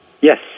Yes